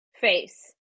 face